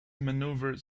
maneuvered